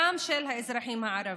גם של האזרחים הערבים.